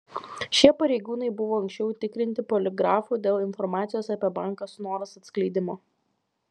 šie pareigūnai buvo anksčiau tikrinti poligrafu dėl informacijos apie banką snoras atskleidimo